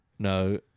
No